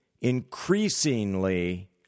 increasingly